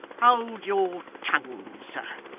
hold your tongue, sir